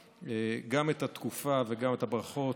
גם את התקופה וגם את הברכות.